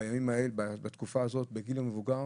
בתקופה הזאת, בגיל המבוגר